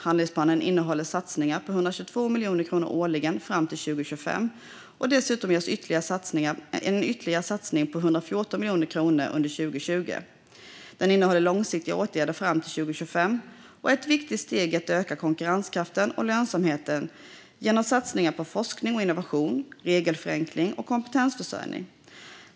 Handlingsplanen innehåller satsningar på 122 miljoner kronor årligen fram till 2025. Dessutom görs ytterligare en satsning på 114 miljoner kronor under 2020. Den innehåller långsiktiga åtgärder fram till 2025 och är ett viktigt steg i att öka konkurrenskraften och lönsamheten genom satsningar på forskning och innovation, regelförenkling och kompetensförsörjning.